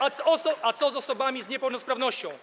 A co z osobami z niepełnosprawnością?